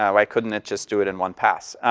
um why couldn't it just do it in one pass?